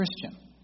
Christian